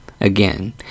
Again